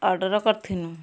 order କରିଥିନୁ